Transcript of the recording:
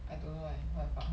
I don't know eh what the fuck